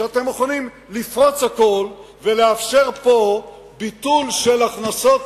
אתם מוכנים לפרוץ הכול ולאפשר פה ביטול של הכנסות